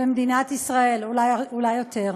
במדינת ישראל, אולי יותר,